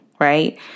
right